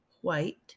White